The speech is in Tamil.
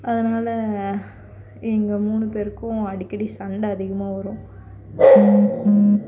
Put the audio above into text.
அதனால் எங்கள் மூணு பேருக்கும் அடிக்கடி சண்டை அதிகமாக வரும்